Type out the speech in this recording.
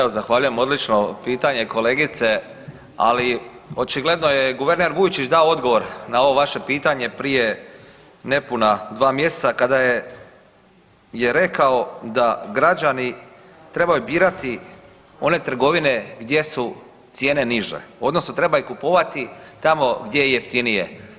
Evo zahvaljujem, odlično pitanje kolegice, ali očigledno je guverner Vujčić dao odgovor na ovo vaše pitanje prije nepuna dva mjeseca kada je, je rekao da građani trebaju birati one trgovine gdje su cijene niže odnosno trebaju kupovati tamo gdje je jeftinije.